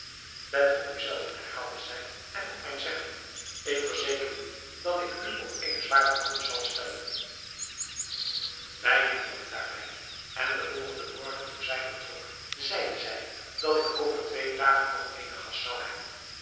let op u zelven herhaalde zij en op mijn zeggen ik verzeker u dat ik u op eene zware proef zal stellen wij lieten het daarbij en den volgenden morgen toen zij vertrok zeide zij dat ik over twee dagen nog eene gast zou hebben